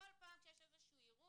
כל פעם כשיש אירוע,